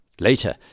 Later